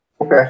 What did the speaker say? Okay